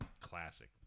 classic